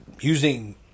using